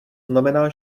znamená